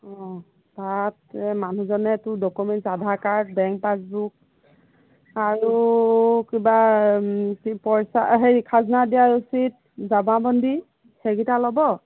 অঁ তাত মানুহজনে তোৰ documents Aadhaar card bank passbook আৰু কিবা পইচা হেৰি খাজনা দিয়াৰ ৰচিদ জামাবন্দী সেইকেইটা ল'ব